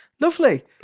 Lovely